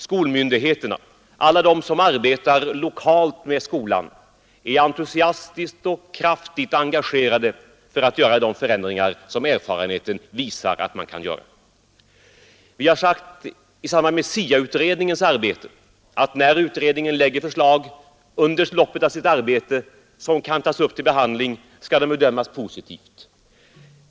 Skolmyndigheterna och alla de som arbetar lokalt med skolan är entusiastiskt och kraftigt engagerade för att göra de förändringar som erfarenheten visar att man kan göra. Vi har sagt att när SIA under loppet av sitt arbete framlägger förslag som kan tas upp till behandling skall de bedömas positivt.